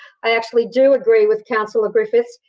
i actually do agree with councillor griffiths.